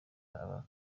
aba